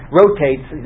rotates